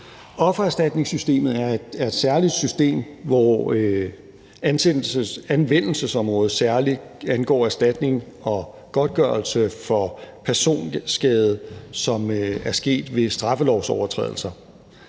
Offererstatningssystemet er et særligt system, hvor anvendelsesområdet særlig angår erstatning og godtgørelse for personskade, som er sket ved straffelovsovertrædelser.